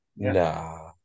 Nah